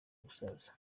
gusaza